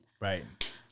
Right